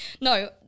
No